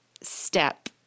step